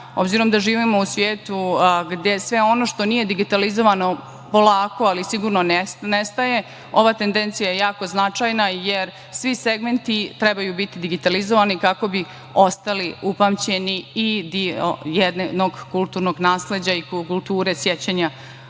dobara. Obzirom da živimo u svetu gde sve ono što nije digitalizovano polako, ali sigurno nestaje, ova tendencija je jako značajna, jer svi segmenti trebaju biti digitalizovani, kako bi ostali upamćeni i deo jednog kulturnog nasleđa i kulture sećanja